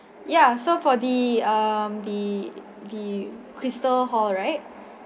ya so for the um the the crystal hall right